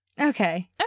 Okay